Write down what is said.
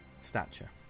stature